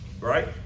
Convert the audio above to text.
Right